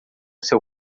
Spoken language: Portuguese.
seu